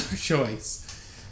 choice